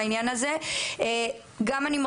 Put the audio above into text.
אנחנו עושים הרבה מאוד אבל